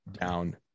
down